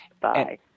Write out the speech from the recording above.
Bye